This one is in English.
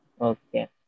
Okay